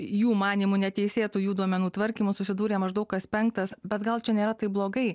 jų manymu neteisėtų jų duomenų tvarkymu susidūrė maždaug kas penktas bet gal čia nėra taip blogai